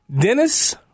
Dennis